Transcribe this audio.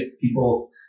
People